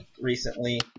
recently